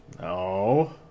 No